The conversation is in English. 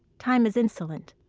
time is insolent,